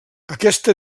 aquesta